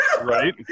Right